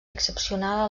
excepcional